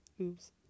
oops